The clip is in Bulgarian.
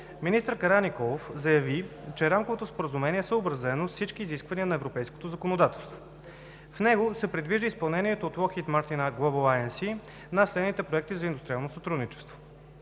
Министър Караниколов заяви, че Рамковото споразумение е съобразено с всички изисквания на европейското законодателство. В него се предвижда изпълнението от Lockheed Martin Global INC на следните проекти за индустриално сътрудничество: